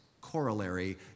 corollary